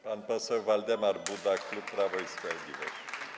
Pan poseł Waldemar Buda, klub Prawo i Sprawiedliwość.